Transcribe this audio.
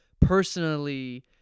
personally